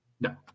No